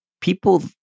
people